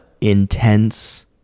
intense